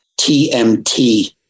TMT